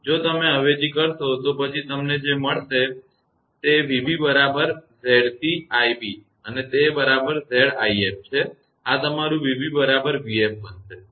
જો તમે અહીં અવેજી કરશો તો પછી જે તમને મળશે તે 𝑣𝑏 બરાબર 𝑍𝑐𝑖𝑏 અને તે બરાબર 𝑍𝑖𝑓 છે અને તે તમારું 𝑣𝑏 બરાબર 𝑣𝑓 બનશે